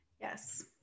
Yes